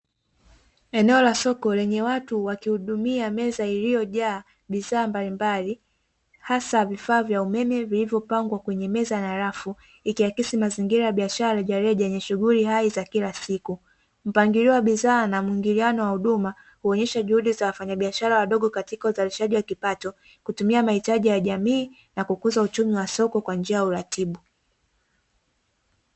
Eneo la soko lenye watu wakihudumia meza iiyojaa bidhaa mbalimbali hasa vifaa vya umeme vilivyopangwa kwenye meza ya rafu, ikiakisi mazingira ya biashara ya rejereja yenye shughuli hai za kila siku. Mpangilio wa bidhaa na muingiliano wa huduma huonyesha juhudi za wafanyabiashara wadogo, katika uzalishaji wa kipato kutumia mahitaji ya jamii na kukuza uchumi wa soko kwa njia ya uratibu.